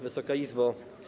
Wysoka Izbo!